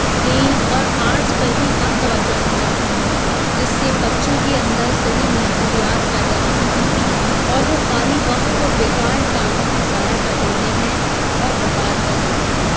کھیل اور آرٹس پر بھی کم توجہ دی جاتی ہے جس سے بچوں کے اندر صحیح مشغولیات پیدا نہیں ہوتیں اور وہ خالی وقت کو بیکار کاموں میں ضائع کر دیتے ہیں اور برباد کر دیتے ہیں